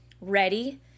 ready